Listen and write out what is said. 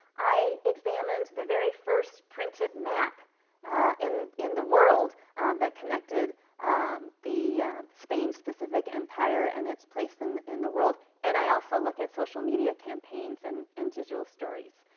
i examined the first printed map in in the world that connected the spain's specific empire and its place in in the world. and i also look at social media campaigns and and digital stories.